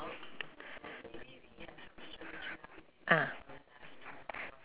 uh